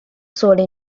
sole